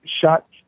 shot